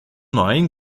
neun